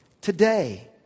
today